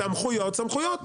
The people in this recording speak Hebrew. סמכויות סמכויות,